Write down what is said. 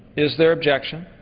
is there objection?